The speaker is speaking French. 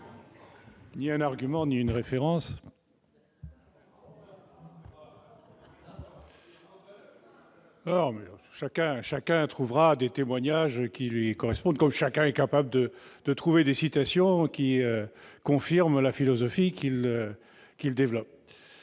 ni un argument ni une référence. On le lui dira ! Chacun peut trouver des témoignages qui lui conviennent, comme chacun est capable de trouver des citations qui confirment la philosophie qu'il développe.